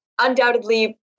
undoubtedly